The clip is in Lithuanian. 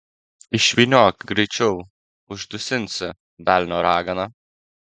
išvyniok greičiau uždusinsi velnio ragana